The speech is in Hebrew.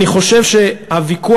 אני חושב שהוויכוח,